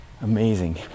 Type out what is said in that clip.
Amazing